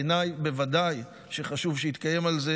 בעיניי בוודאי חשוב שיתקיים על זה